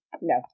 No